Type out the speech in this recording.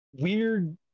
weird